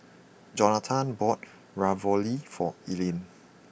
Jonatan bought Ravioli for Elaina